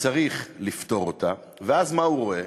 שצריך לפתור אותה, ואז מה הוא רואה?